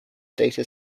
data